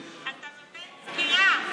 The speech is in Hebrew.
אתה נותן סקירה.